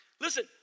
Listen